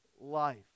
life